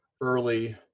early